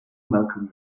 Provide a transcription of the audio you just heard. malcolm